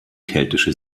keltische